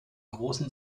großen